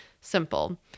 simple